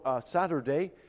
Saturday